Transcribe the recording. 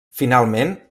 finalment